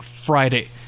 Friday